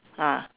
ah